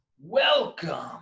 Welcome